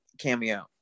cameo